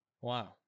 Wow